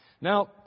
Now